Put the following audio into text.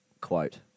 Quote